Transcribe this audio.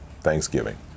Thanksgiving